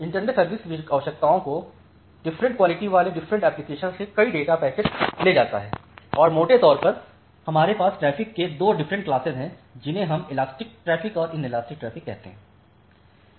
internet service आवश्यकताओं की different quality वाले डिफरेंट एप्लीकेशन से कई डेटा पैकेट्स ले जाता है और मोटे तौर पर हमारे पास ट्रैफ़िक के 2 डिफरेंट क्लासेस हैं जिन्हें हम इलास्टिक ट्रैफ़िक और इन इलास्टिक ट्रैफ़िक कहते हैं